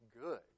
good